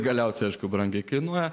galiausiai aišku brangiai kainuoja